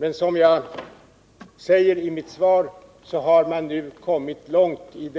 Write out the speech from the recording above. Men som jag sade i mitt svar har man nu kommit långt i